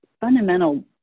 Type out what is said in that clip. fundamental